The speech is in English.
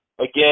Again